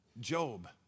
Job